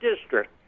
district